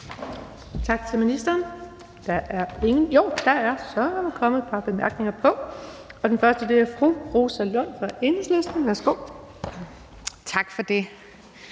Tak for det.